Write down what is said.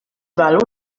val